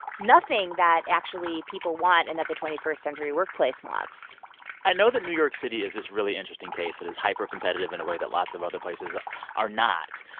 nothing that, actually, people want and that the twenty first century workplace wants i know that new york city is this really interesting case that is hyper-competitive in a way that lots of other places are not.